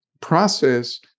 process